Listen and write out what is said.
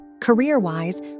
Career-wise